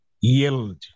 yield